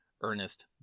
Ernest